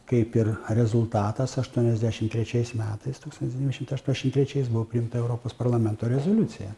kaip ir rezultatas aštuoniasdešim trečiais metais tūkstantis devyni šimtai aštuoniasdešim trečiais buvo priimta europos parlamento rezoliucija